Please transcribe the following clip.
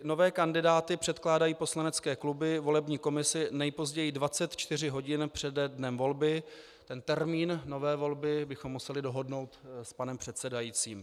Nové kandidáty předkládají poslanecké kluby volební komisi nejpozději 24 hodin přede dnem volby, termín nové volby bychom museli dohodnout s panem předsedajícím.